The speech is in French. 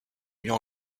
mieux